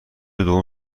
دوم